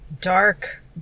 dark